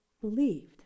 believed